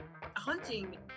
Hunting